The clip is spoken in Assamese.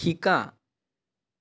শিকা